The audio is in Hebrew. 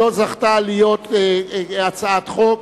לא זכתה להיות הצעת חוק,